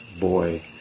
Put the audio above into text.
boy